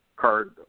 card